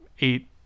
eight